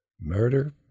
murder